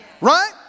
Right